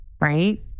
right